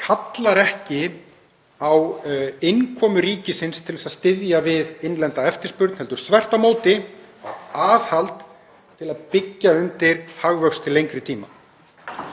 kallar ekki á innkomu ríkisins til að styðja við innlenda eftirspurn heldur þvert á móti aðhald til að byggja undir hagvöxt til lengri tíma.